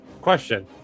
Question